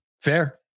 Fair